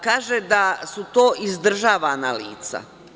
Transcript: Kaže da su to izdržavana lica?